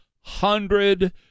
hundred